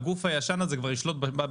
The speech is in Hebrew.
בזמן הזה הגוף הישן הזה כבר ישלוט בשוק.